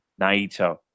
Naito